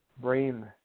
brain